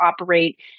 operate